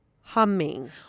humming